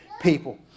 people